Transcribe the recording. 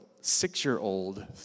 six-year-old